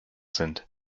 sind